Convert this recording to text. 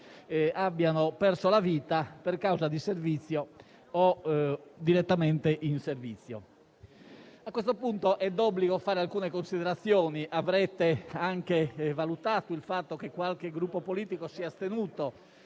abbiano perso la vita per causa di servizio o direttamente in servizio. A questo punto è d'obbligo fare alcune considerazioni. Avrete anche valutato il fatto che qualche Gruppo politico si è astenuto